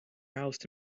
roused